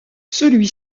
celui